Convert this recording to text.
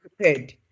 prepared